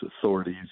authorities